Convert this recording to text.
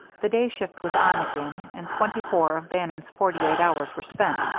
the day shift was on again, and twenty-four of bannon's forty-eight hours were spent,